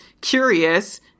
curious